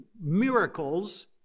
miracles